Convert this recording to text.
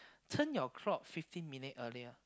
turn your clock fifteen minute earlier